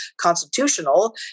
constitutional